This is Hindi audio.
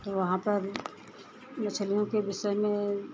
तो वहाँ पर मछलियों के विषय में